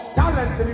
talent